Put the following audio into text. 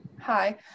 hi